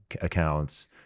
accounts